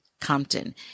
Compton